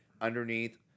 underneath